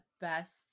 best